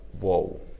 whoa